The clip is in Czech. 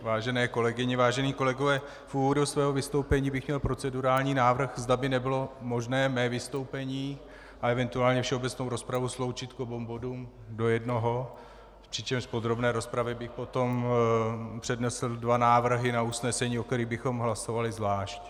Vážené kolegyně, vážení kolegové, v úvodu svého vystoupení bych měl procedurální návrh, zda by nebylo možné mé vystoupení a eventuálně všeobecnou rozpravu sloučit k oběma bodům do jednoho, přičemž v podrobné rozpravě bych potom přednesl dva návrhy na usnesení, o kterých bychom hlasovali zvlášť.